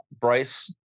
Bryce